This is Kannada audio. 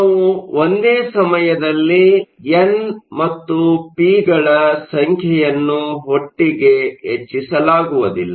ನಾವು ಒಂದೇ ಸಮಯದಲ್ಲಿ ಎನ್ ಮತ್ತು ಪಿಗಳ ಸಂಖ್ಯೆಯನ್ನು ಒಟ್ಟಿಗೆ ಹೆಚ್ಚಿಸಲಾಗುವುದಿಲ್ಲ